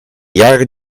jaren